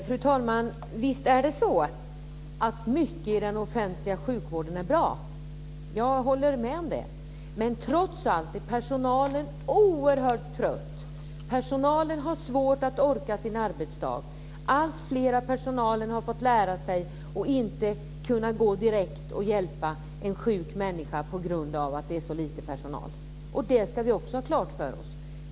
Fru talman! Visst är det så att mycket i den offentliga sjukvården är bra, så där håller jag med. Men trots allt är personalen oerhört trött. Personalen har svårt att orka med sin arbetsdag. Alltfler av personalen har fått lära sig att inte kunna gå direkt och hjälpa en sjuk människa, just på grund av att det finns så lite personal. Det ska vi också ha klart för oss.